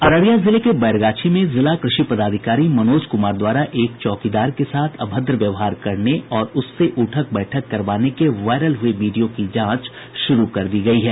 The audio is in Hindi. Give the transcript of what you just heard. अररिया जिले के बैरगाछी में जिला कृषि पदाधिकारी मनोज कुमार द्वारा एक चौकीदार के साथ अभद्र व्यवहार करने और उससे उठक बैठक करवाने के वायरल हुये वीडियो की जांच शुरू कर दी गयी है